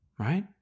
Right